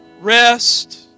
rest